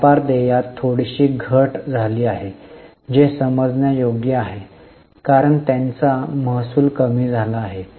व्यापार देयात थोडीशी घट झाली आहे जे समजण्या योग्य आहे कारण त्यांचा महसूल कमी झाला आहे